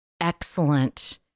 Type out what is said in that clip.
excellent